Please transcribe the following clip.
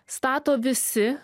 stato visi